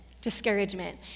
Discouragement